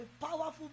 powerful